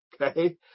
okay